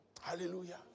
Hallelujah